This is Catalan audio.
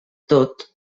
tot